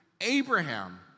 Abraham